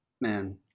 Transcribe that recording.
man